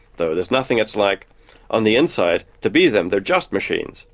though there's nothing it's like on the inside to be them. they're just machines.